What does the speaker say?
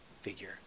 figure